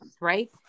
right